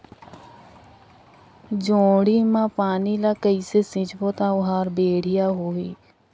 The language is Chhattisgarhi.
जोणी मा पानी ला कइसे सिंचबो ता ओहार बेडिया होही?